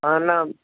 అన్న